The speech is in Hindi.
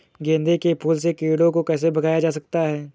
गेंदे के फूल से कीड़ों को कैसे भगाया जा सकता है?